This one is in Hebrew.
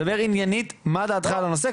תדבר עניינית על מה דעתך על הנושא,